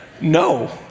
No